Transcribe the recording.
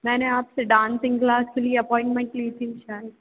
मैंने आपसे dancing class के लिए अपॉइंटमेंट ली थी शायद